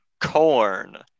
corn